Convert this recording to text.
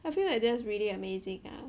I feel like that's really amazing ah